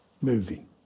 moving